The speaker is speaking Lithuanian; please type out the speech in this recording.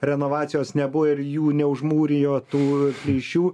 renovacijos nebuvo ir jų neužmūrijo tų plyšių